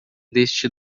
deste